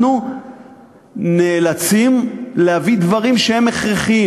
אנחנו נאלצים להביא דברים שהם הכרחיים.